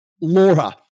Laura